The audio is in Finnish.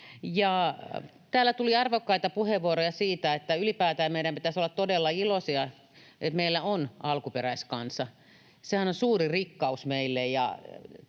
Täällä tuli arvokkaita puheenvuoroja siitä, että ylipäätään meidän pitäisi olla todella iloisia, että meillä on alkuperäiskansa. Sehän on suuri rikkaus meille.